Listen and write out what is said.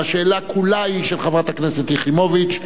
אבל השאלה כולה היא של חברת הכנסת יחימוביץ,